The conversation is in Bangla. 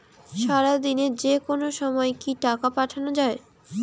সারাদিনে যেকোনো সময় কি টাকা পাঠানো য়ায়?